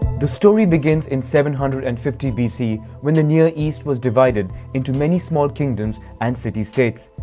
the story begins in seven hundred and fifty bc when the near east was divided into many small kingdoms and city-states.